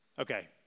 Okay